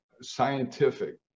scientific